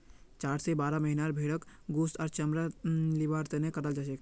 चार स बारह महीनार भेंड़क गोस्त आर चमड़ा लिबार तने कटाल जाछेक